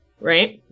Right